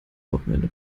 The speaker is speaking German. wochenende